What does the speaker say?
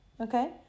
Okay